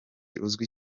uzwi